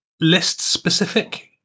List-specific